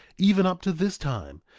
even up to this time,